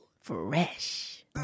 Fresh